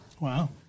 Wow